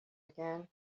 again